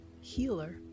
healer